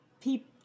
people